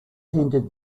hindered